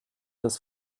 das